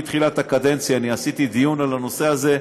מתחילת הקדנציה קיימתי דיון על הנושא הזה,